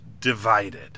Divided